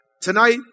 Tonight